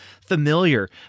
familiar